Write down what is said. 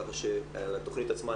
ככה שעל התכנית עצמה,